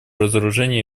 разоружению